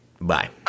Bye